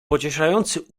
pocieszający